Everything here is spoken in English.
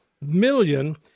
Million